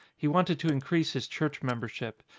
he wanted to increase his church membership,